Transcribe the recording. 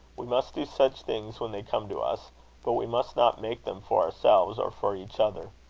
we must do such things when they come to us but we must not make them for ourselves, or for each other.